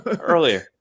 Earlier